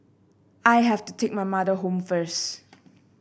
I have to take my mother home first